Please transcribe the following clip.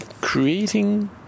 creating